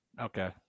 Okay